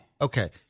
Okay